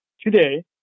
today